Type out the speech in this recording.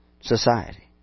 society